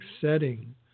setting